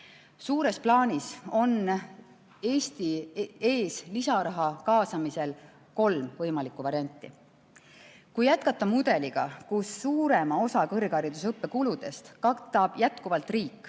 Suures plaanis on Eesti ees lisaraha kaasamisel kolm võimalikku varianti. Kui jätkata mudeliga, kus suurema osa kõrghariduse õppekuludest katab jätkuvalt riik,